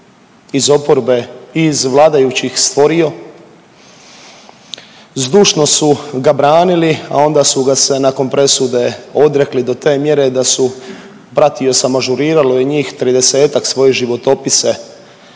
iz oporbe i iz vladajući stvorio, zdušno su ga branili, a onda su ga se nakon presude odrekli do te mjere da su pratio sam ažuriralo je njih 30-tak svoje životopise